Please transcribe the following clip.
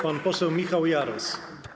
Pan poseł Michał Jaros.